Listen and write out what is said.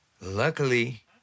luckily